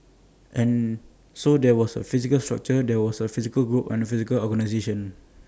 and so there was A physical structure there was A physical group and A physical organisation